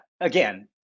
Again